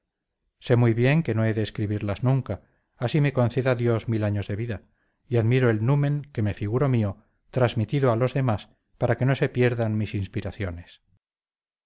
sé muy bien que no he de escribirlas nunca así me conceda dios mil años de vida y admiro el numen que me figuro mío transmitido a los demás para que no se pierdan mis inspiraciones